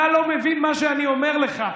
אתה לא מבין מה שאני אומר לך.